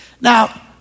Now